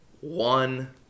One